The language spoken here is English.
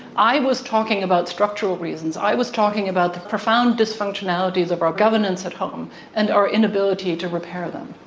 i was talking about structural reasons. i was talking about the profound dysfunctionalities of our governance at home and our inability to repair them.